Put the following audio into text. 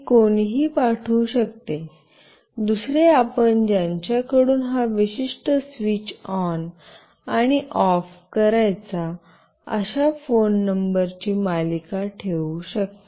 ती कोणीही पाठवू शकते दुसरे आपण ज्यांच्या कडून हा विशिष्ट स्विच ऑन आणि ऑफ करायचा अशा फोन नंबरची मालिका ठेवू शकता